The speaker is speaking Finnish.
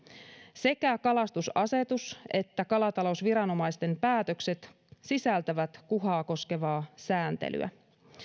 sekä kalastusasetus että kalatalousviranomaisten päätökset sisältävät kuhaa koskevaa sääntelyä